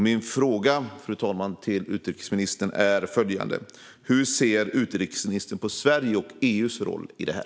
Min fråga, fru talman, till utrikesministern är följande: Hur ser utrikesministern på Sveriges och EU:s roll i det här?